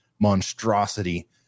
monstrosity